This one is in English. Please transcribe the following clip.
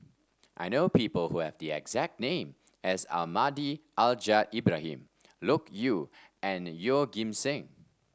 I know people who have the exact name as Almahdi Al Ibrahim Loke Yew and Yeoh Ghim Seng